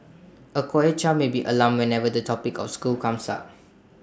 A quiet child may be alarmed whenever the topic of school comes up